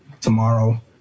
tomorrow